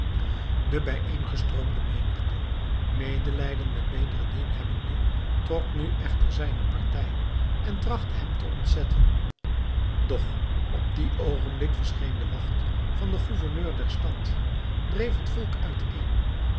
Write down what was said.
de bijeengestroomde menigte medelijden met bedreddin hebbende trok nu echter zijne partij en trachtte hem te ontzetten doch op dien oogenblik verscheen de wacht van den gouverneur der stad dreef het volk uiteen